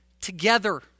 together